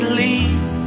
leave